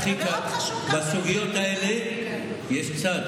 הכי קל, מאוד חשוב גם, בסוגיות האלה יש צד,